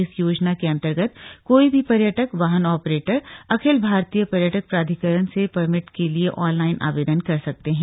इस योजना के अन्तर्गत कोई भी पर्यटक वाहन ऑपरेटर अखिल भारतीय पर्यटक प्राधिकरण से परमिट के लिए ऑनलाइन आवेदन कर सकते हैं